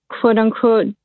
quote-unquote